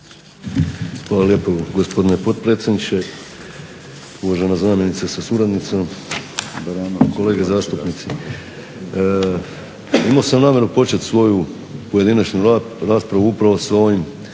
Hvala lijepo, gospodine potpredsjedniče. Uvažena zamjenice sa suradnicom, kolege zastupnici. Imao sam namjeru počet svoju pojedinačnu raspravu upravo sa ovim